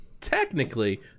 technically